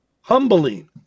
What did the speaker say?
humbling